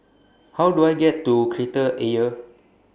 How Do I get to Kreta Ayer